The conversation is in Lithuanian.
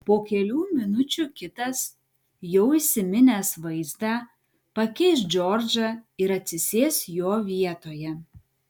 po kelių minučių kitas jau įsiminęs vaizdą pakeis džordžą ir atsisės jo vietoje